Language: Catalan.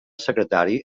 secretari